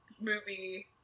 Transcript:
movie